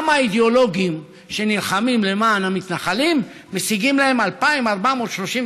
למה אידיאולוגים שנלחמים למען המתנחלים משיגים להם 2,432